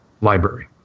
library